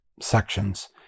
sections